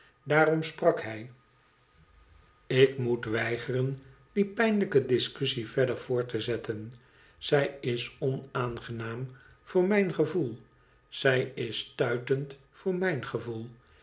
daarom sprak hij ik moet weigeren die pijnlijke discussie verder voort te zetten zij is onaangenaam voor mijn gevoel zij is stuitend voor mijn gevoel